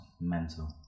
mental